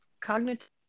cognitive